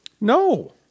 No